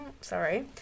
sorry